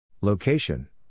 Location